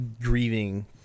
grieving